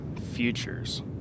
Futures